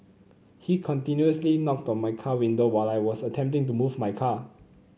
he continuously knocked on my car window while I was attempting to move my car